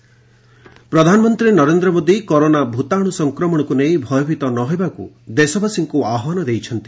PM corona ପ୍ରଧାନମନ୍ତ୍ରୀ Narendra Modi corona ଭୂତାଣୁ ସଂକ୍ରମଣକୁ ନେଇ ଭୟଭୀତ ନ ହେବାକୁ ଦେଶବାସୀଙ୍କୁ ଆହ୍ୱାନ ଦେଇଛନ୍ତି